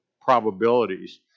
probabilities